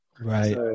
Right